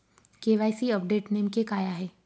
KYC update नेमके काय आहे?